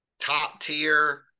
top-tier